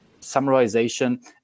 summarization